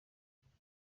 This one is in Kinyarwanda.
ibintu